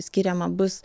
skiriama bus